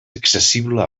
accessible